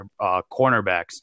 cornerbacks